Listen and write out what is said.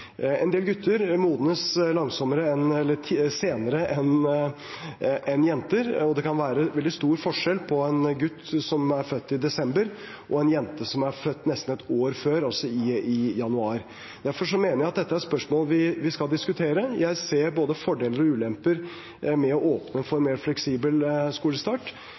En del gutter modnes senere enn jenter, og det kan være veldig stor forskjell på en gutt som er født i desember, og en jente som er født nesten et år før, i januar. Derfor mener jeg at dette er spørsmål vi skal diskutere. Jeg ser både fordeler og ulemper ved å åpne for mer fleksibel skolestart.